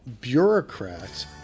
bureaucrats